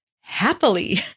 happily